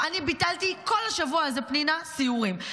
אני ביטלתי כל השבוע הזה, פנינה, סיורים.